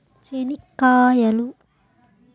చెనిక్కాయలు